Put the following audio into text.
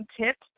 tips